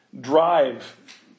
drive